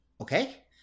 Okay